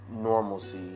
normalcy